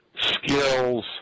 skills